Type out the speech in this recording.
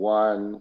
one